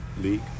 league